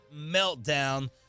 meltdown